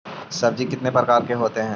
सब्जी कितने प्रकार के होते है?